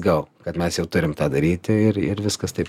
gal kad mes jau turim tą daryti ir ir viskas taip